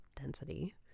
density